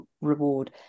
reward